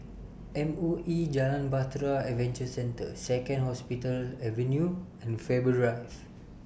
M O E Jalan Bahtera Adventure Centre Second Hospital Avenue and Faber Drive